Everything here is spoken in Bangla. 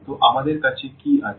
তো আমাদের কাছে কি আছে